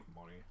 money